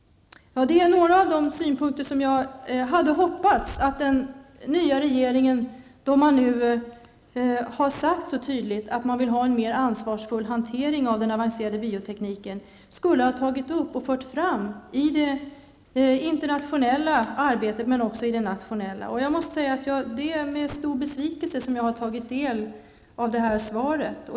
Det är några av de synpunkter som jag hade hoppats att den nya regeringen, då den nu så tydligt har sagt att den vill ha en mer ansvarsfull hantering av den avancerade biotekniken, skulle ha tagit upp och fört fram i det internationella arbetet men också i det nationella. Jag måste säga att det är med stor besvikelse som jag har tagit del av detta svar.